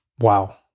Wow